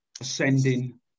ascending